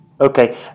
Okay